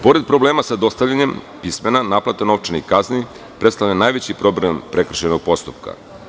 Pored problema sa dostavljanjem, naplata novčanih kazni, predstavlja najveći problem prekršajnog postupka.